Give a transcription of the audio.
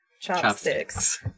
chopsticks